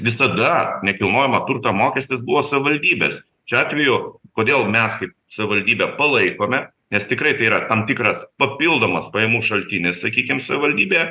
visada nekilnojamo turto mokestis buvo savivaldybės šiuo atveju kodėl mes kaip savivaldybė palaikome nes tikrai tai yra tam tikras papildomas pajamų šaltinis sakykim savivaldybėje